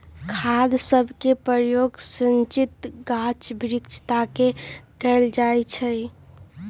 खाद सभके प्रयोग सिंचित गाछ वृक्ष तके कएल जाइ छइ